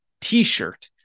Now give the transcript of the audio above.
t-shirt